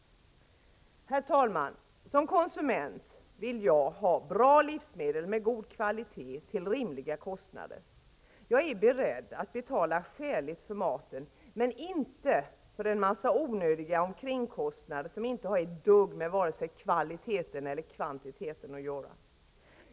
Herr talman! Som konsument vill jag ha bra livsmedel med god kvalitet till rimliga kostnader. Jag är beredd att betala skäligt för maten men inte att betaka för en massa onödiga omkringkostnader som inte har ett dugg med vare sig kvaliteten eller kvantiteten att göra.